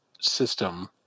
system